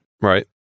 Right